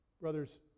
Brothers